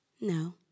No